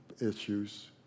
issues